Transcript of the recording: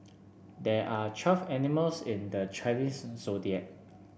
there are twelve animals in the Chinese Zodiac